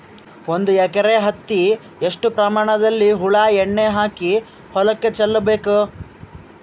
ಒಂದು ಎಕರೆ ಹತ್ತಿ ಎಷ್ಟು ಪ್ರಮಾಣದಲ್ಲಿ ಹುಳ ಎಣ್ಣೆ ಹಾಕಿ ಹೊಲಕ್ಕೆ ಚಲಬೇಕು?